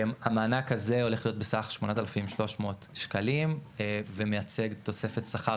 המענק הזה הולך להיות בסך 8,300 שקלים ומייצג תוספת שכר,